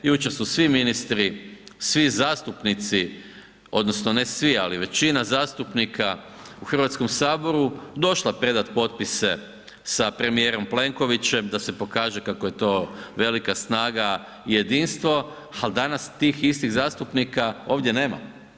Jučer su svi ministri, svi zastupnici odnosno ne svi, ali većina zastupnika u Hrvatskom saboru došla predat potpise sa premijerom Plenkovićem da se pokaže kako je to velika snaga i jedinstvo, ali danas tih istih zastupnika ovdje nema.